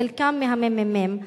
חלקם מהממ"מ,